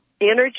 Energy